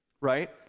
right